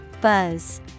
Buzz